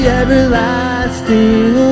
everlasting